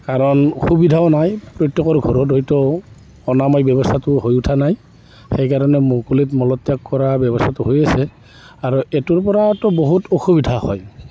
কাৰণ অসুবিধাও নাই প্ৰত্যেকৰ ঘৰত হয়তো অনাময় ব্যৱস্থাতো হৈ উঠা নাই সেইকাৰণে মুকলিত মল ত্যাগ কৰা ব্যৱস্থাটো হৈ আছে আৰু এইটোৰ পৰাতো বহুত অসুবিধা হয়